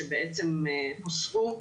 שבעצם הוסרו.